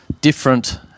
different